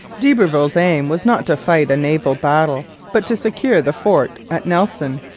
d'iberville's aim was not to fight a naval battle but to secure the fort at nelson.